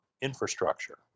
infrastructure